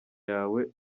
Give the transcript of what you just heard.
yawe